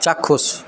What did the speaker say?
চাক্ষুষ